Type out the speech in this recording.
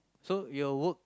so your work